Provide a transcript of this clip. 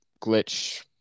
glitch